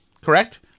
Correct